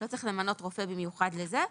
לא צריך למנות רופא במיוחד לזה,